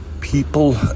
people